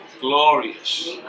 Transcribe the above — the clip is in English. glorious